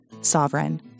Sovereign